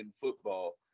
football